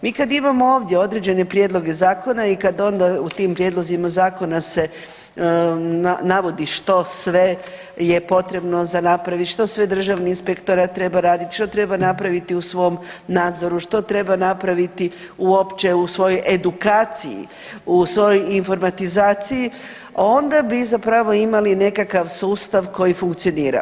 Mi kad imamo ovdje određene Prijedloge Zakona i kad onda u tim Prijedlozima Zakona se navodi što sve je potrebno za napravit, što sve Državni inspektorat treba radit, što treba napraviti u svom nadzoru, što treba napraviti uopće u svojoj edukaciji u svojoj informatizaciji, onda bi zapravo imali nekakav sustav koji funkcionira.